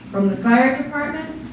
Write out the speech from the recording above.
from the fire department